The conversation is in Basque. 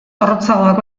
zorrotzagoak